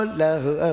love